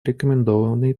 рекомендованный